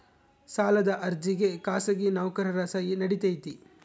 ಸಾಲದ ಅರ್ಜಿಗೆ ಖಾಸಗಿ ನೌಕರರ ಸಹಿ ನಡಿತೈತಿ?